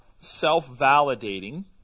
self-validating